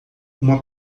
uma